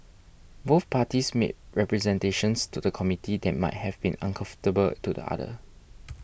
both parties made representations to the committee that might have been uncomfortable to the other